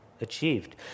achieved